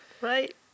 right